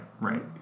right